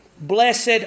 Blessed